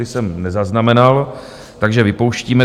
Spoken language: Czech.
Ty jsem nezaznamenal, takže vypouštíme.